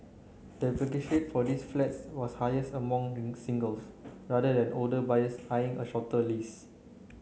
the application for these flats was highest among singles rather than older buyers eyeing a shorter lease